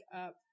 up